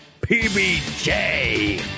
PBJ